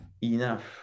enough